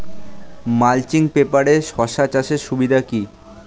Mulching পেপারে শসা চাষের সুবিধা কি?